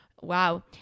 Wow